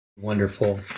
Wonderful